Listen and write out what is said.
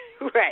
right